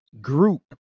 group